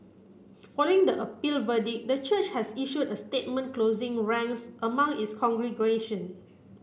following the appeal verdict the church has issued a statement closing ranks among its congregation